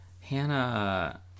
Hannah